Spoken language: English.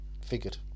figured